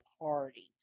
parties